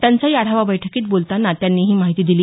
टंचाई आढावा बैठकीत बोलतांना त्यांनी ही माहिती दिली